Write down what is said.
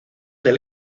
del